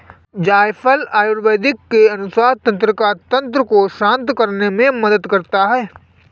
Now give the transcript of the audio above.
जायफल आयुर्वेद के अनुसार तंत्रिका तंत्र को शांत करने में मदद करता है